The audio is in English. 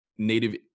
native